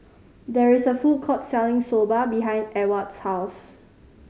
there is a food court selling Soba behind Ewald's house